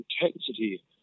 intensity